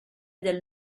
del